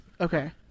Okay